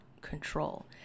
control